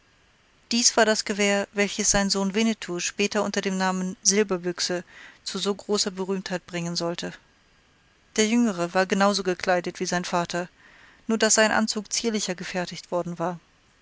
dies war das gewehr welches sein sohn winnetou später unter dem namen silberbüchse zu so großer berühmtheit bringen sollte der jüngere war genau so gekleidet wie sein vater nur daß sein anzug zierlicher gefertigt worden war